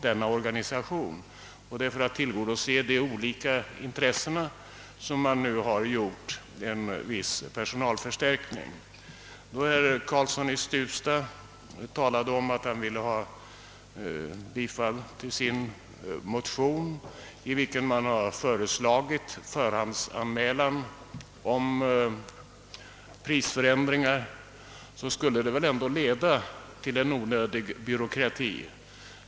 Det är alltså för att tillgodose detta intresse som vissa personalförstärkningar föreslås genomförda. Herr Karlsson i Huddinge talade för bifall till sin motion, i vilken föreslås att förhandsanmälan skulle göras om prisförändringar. Ett sådant system skulle väl ändå leda till onödig byråkrati.